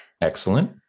Excellent